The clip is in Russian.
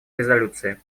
резолюции